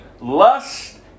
lust